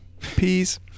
Peace